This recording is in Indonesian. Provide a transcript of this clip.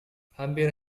hampir